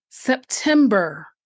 September